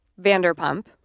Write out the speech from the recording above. Vanderpump